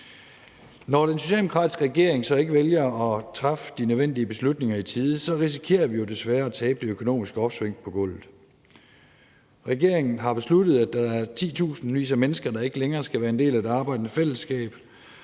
Når den socialdemokratiske regering så ikke vælger at træffe de nødvendige beslutninger i tide, risikerer vi jo desværre at tabe det økonomiske opsving på gulvet. Regeringen har besluttet, at der er titusindvis af mennesker, der ikke længere skal være en del af det arbejdende fællesskab,